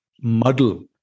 muddle